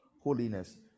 holiness